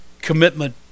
commitment